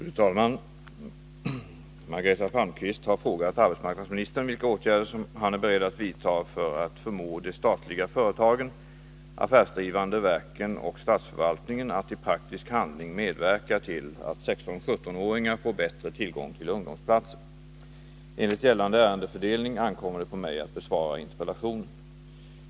Fru talman! Margareta Palmqvist har frågat arbetsmarknadsministern vilka åtgärder han är beredd att vidta för att förmå de statliga företagen, affärsdrivande verken och statsförvaltningen att i praktisk handling medverka till att 16-17-åringar får bättre tillgång till ungdomsplatser. Enligt gällande ärendefördelning ankommer det på mig att besvara interpellationen.